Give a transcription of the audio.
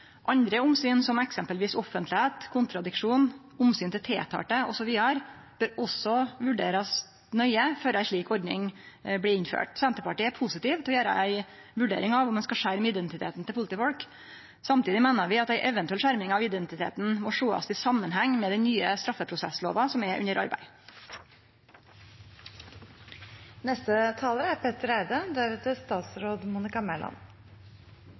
Andre omsyn, som eksempelvis offentlegheit, kontradiksjon, omsyn til tiltalte osv., bør også vurderast nøye før ei slik ordning blir innført. Senterpartiet er positiv til å gjere ei vurdering av om ein skal skjerme identiteten til politifolk. Samtidig meiner vi at ei eventuell skjerming av identiteten må sest i samanheng med den nye straffeprosesslova som er under arbeid.